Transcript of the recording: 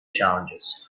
challenges